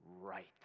right